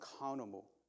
accountable